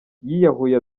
yiyahuye